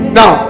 now